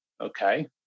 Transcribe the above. Okay